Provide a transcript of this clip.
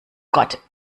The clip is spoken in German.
gott